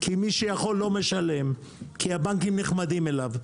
כי מי שיכול לא משלם כי הבנקים נחמדים אליו.